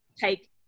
take